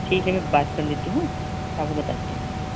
ठीक है मैं बात कर लेती हूँ शाम को बताती हूँ